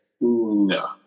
No